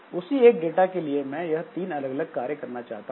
उसी एक डाटा के लिए मैं यह तीन अलग अलग कार्य करना चाहता हूं